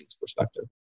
perspective